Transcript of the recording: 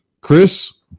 Chris